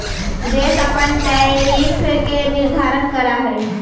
देश अपन टैरिफ के निर्धारण करा हई